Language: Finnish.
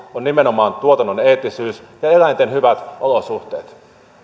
on nimenomaan tuotannon eettisyys ja eläinten hyvät olosuhteet